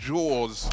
Jaws